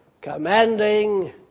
commanding